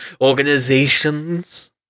organizations